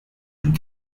and